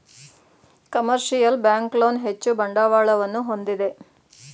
commercial bank loan ಹೆಚ್ಚು ಬಂಡವಾಳವನ್ನು ಹೊಂದಿದೆ